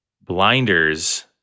Blinders